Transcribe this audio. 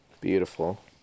beautiful